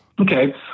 Okay